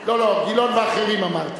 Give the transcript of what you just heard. לא לא, גילאון ואחרים, אמרתי.